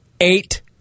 eight